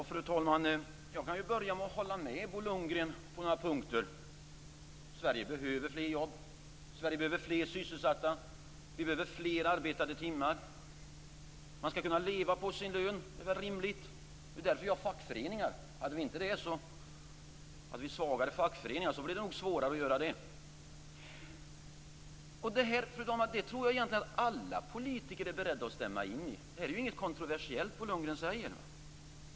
Fru talman! Jag kan börja med att hålla med Bo Lundgren på några punkter. Sverige behöver fler jobb, fler sysselsatta och fler arbetade timmar. Man skall kunna leva på sin lön. Det är väl rimligt. Det är därför vi har fackföreningar. Hade vi inte det och hade vi svaga fackföreningar skulle det vara svårare att göra det. Och jag tror att alla politiker egentligen är beredda att stämma in i det. Det är inget kontroversiellt i det Bo Lundgren säger.